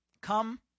Come